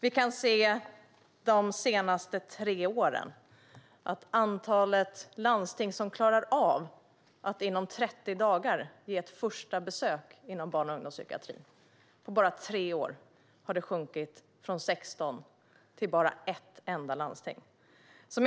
Vi kan se att antalet landsting som klarar av att inom 30 dagar ge ett första besök inom barn och ungdomspsykiatrin har sjunkit från 16 till ett enda bara under de senaste tre åren.